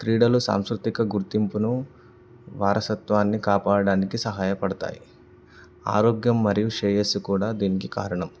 క్రీడలు సాంస్కృతిక గుర్తింపును వారసత్వాన్ని కాపాడడానికి సహాయపడతాయి ఆరోగ్యం మరియు శ్రేయస్సు కూడా దీనికి కారణం